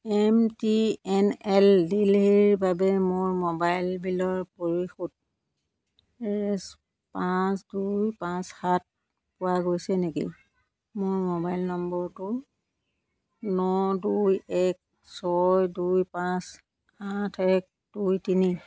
M T N L দিল্লীৰ বাবে মোৰ মোবাইল বিলৰ পৰিশোধ ৰেছ পাঁচ দুই পাঁচ সাত পোৱা গৈছে নেকি মোৰ মোবাইল নম্বৰটো ন দুই এক ছয় দুই পাঁচ আঠ এক দুই তিনি